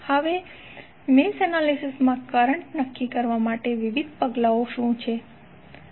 હવે mesh analysis માં mesh current નક્કી કરવા માટેના વિવિધ પગલાઓ શું છે